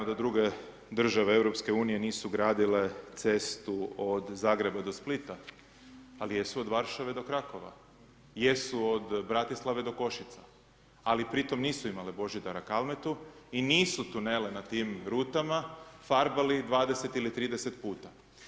Naravno da druge države EU nisu gradile cestu od Zagreba do Splita, ali jesu od Varšave do Krakowa, jesu od Bratislave do Košica, ali pri tome nisu imale Božidara Kalmetu i nisu tunele na tim rutama farbali 20 ili 30 puta.